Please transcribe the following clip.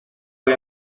voy